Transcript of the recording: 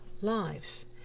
lives